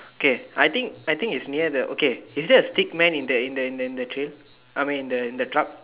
K I think I think is near the okay is there a stick man in the in the in the trail I mean in the in the truck